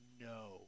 no